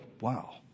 wow